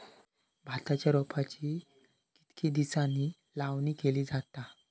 भाताच्या रोपांची कितके दिसांनी लावणी केली जाता?